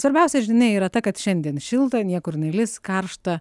svarbiausia žinia yra ta kad šiandien šilta niekur nelis karšta